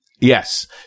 Yes